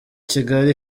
kigali